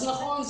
אז נכון,